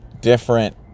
different